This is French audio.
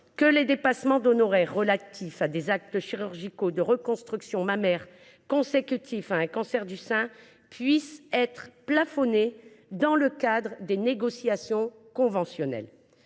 que les dépassements d’honoraires relatifs à des actes chirurgicaux de reconstruction mammaire consécutifs à la prise en charge d’un cancer du sein peuvent être plafonnés dans le cadre des négociations conventionnelles.